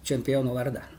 čempiono vardą